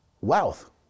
wealth